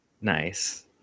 Nice